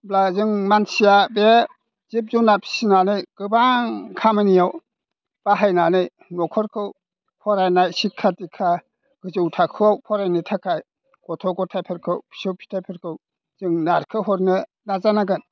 अब्ला जों मानसिया बे जिब जुनार फिसिनानै गोबां खामानियाव बाहायनानै न'खरखौ फरायनाय सिख्खा दिख्खा गोजौ थाखोआव फरायनो थाखाय गथ' गथायफोरखौ फिसौ फिथायफोरखौ जों नारखोहरनो नाजानांगोन